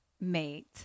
mate